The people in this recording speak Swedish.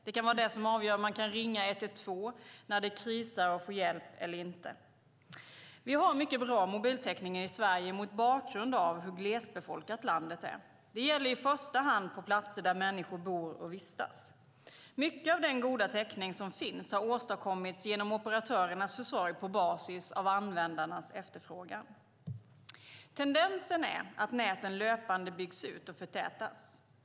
Det kan vara det som avgör om man kan ringa 112 när det krisar och få hjälp eller inte. Vi har mycket bra mobiltäckning i Sverige mot bakgrund av hur glesbefolkat landet är. Det gäller i första hand på platser där människor bor och vistas. Mycket av den goda täckning som finns har åstadkommits genom operatörernas försorg på basis av användarnas efterfrågan. Tendensen är att näten löpande byggs ut och förtätas.